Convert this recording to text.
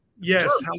Yes